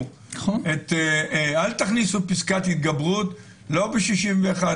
אל תכניסו פסקת התגברות ב-61,